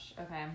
Okay